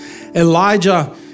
Elijah